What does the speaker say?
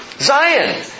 Zion